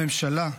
הממשלה,